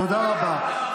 תודה רבה.